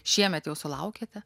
šiemet jau sulaukėte